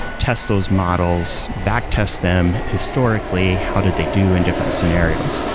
test those models, back test them, historically, how did they do in different scenarios?